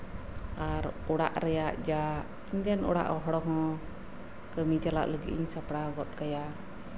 ᱟᱨ ᱚᱲᱟᱜ ᱨᱮᱭᱟᱜ ᱡᱟ ᱤᱧᱨᱮᱱ ᱚᱲᱟᱜ ᱦᱚᱲ ᱦᱚᱸ ᱠᱟᱹᱢᱤ ᱪᱟᱞᱟᱜ ᱞᱟᱹᱜᱤᱫ ᱤᱧ ᱥᱟᱯᱲᱟᱣ ᱜᱚᱫ ᱠᱟᱭᱟ